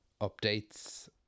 updates